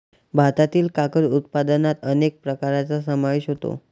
भारतातील कागद उत्पादनात अनेक प्रकारांचा समावेश होतो